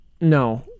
No